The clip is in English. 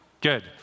Good